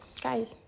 Guys